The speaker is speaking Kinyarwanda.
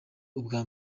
ubwa